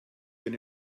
bin